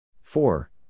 Four